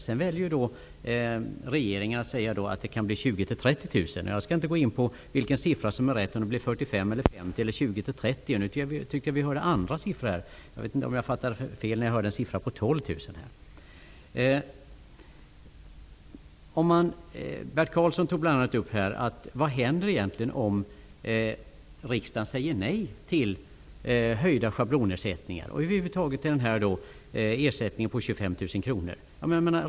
Regeringen väljer att säga att det kan bli 20 000-- Jag skall inte gå in på vilken siffra som är rätt, om det är 45 000--50 000 eller 20 000--30 000. Nu tyckte jag att vi fick andra siffror. Jag vet inte om jag fattade fel när jag hörde siffran 12 000 här. Bert Karlsson tog bl.a. upp frågan om vad som egentligen händer om riksdagen säger nej till höjda schablonersättningar och över huvud taget till ersättningen på 25 000 kr.